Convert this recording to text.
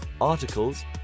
articles